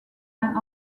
and